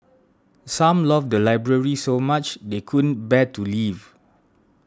some love the library so much they couldn't bear to leave